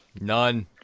None